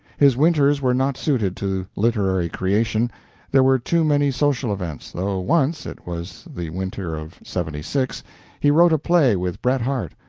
his winters were not suited to literary creation there were too many social events, though once it was the winter of seventy six he wrote a play with bret harte,